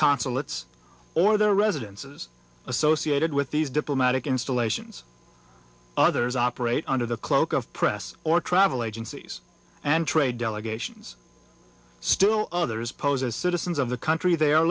consulates or their residences associated with these diplomatic installations others operate under the cloak of press or travel agencies and trade delegations still others pose as citizens of the country they are